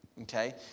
Okay